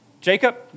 Jacob